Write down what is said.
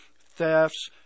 thefts